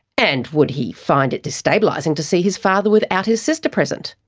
and would he find it destabilising to see his father without his sister present?